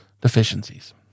deficiencies